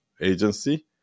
agency